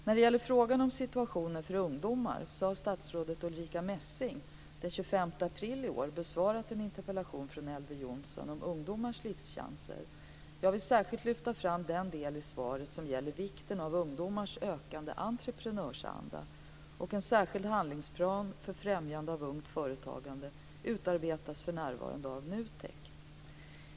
När det gäller frågan om situationen för ungdomar har statsrådet Ulrica Messing den 25 april i år besvarat en interpellation från Elver Jonsson om Ungdomars livschanser. Jag vill särskilt lyfta fram den del i interpellationssvaret som gäller vikten av ungdomars ökade entreprenörsanda. En nationell handlingsplan för främjande av ungt företagande utarbetas för närvarande av NUTEK.